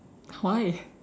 why